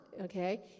okay